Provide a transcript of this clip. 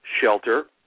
shelter